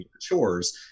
chores